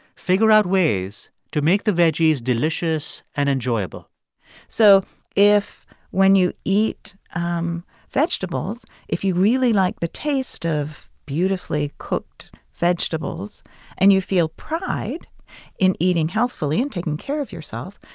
figure out ways to make the veggies delicious and enjoyable so if when you eat um vegetables, if you really like the taste of beautifully cooked vegetables and you feel pride in eating healthfully and taking care of yourself,